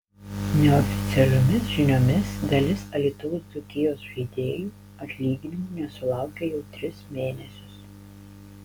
neoficialiomis žiniomis dalis alytaus dzūkijos žaidėjų atlyginimų nesulaukia jau tris mėnesius